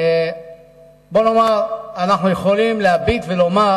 בואו ונאמר, אנחנו יכולים להביט ולומר: